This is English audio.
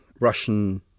Russian